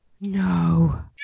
No